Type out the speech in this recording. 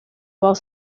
while